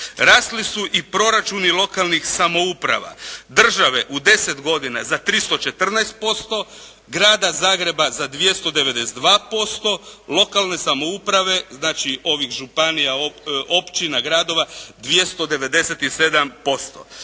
Rasli su i proračuni lokalnih samouprava. Države u 10 godina za 314%, Grada Zagreba za 292%, lokalne samouprave znači ovih županija, općina, gradova 297%.